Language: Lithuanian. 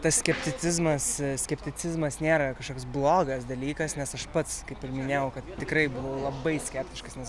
tas skepticizmas skepticizmas nėra kažkoks blogas dalykas nes aš pats kaip ir minėjau kad tikrai buvau labai skeptiškas nes